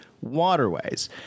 waterways